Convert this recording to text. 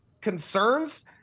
concerns